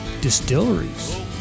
distilleries